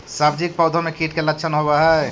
सब्जी के पौधो मे कीट के लच्छन होबहय?